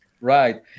Right